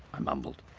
i mumbled,